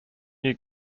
new